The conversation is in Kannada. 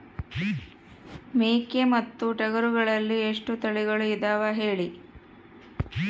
ಮೇಕೆ ಮತ್ತು ಟಗರುಗಳಲ್ಲಿ ಎಷ್ಟು ತಳಿಗಳು ಇದಾವ ಹೇಳಿ?